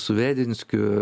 su vedinskiu